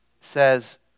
says